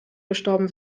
gestorben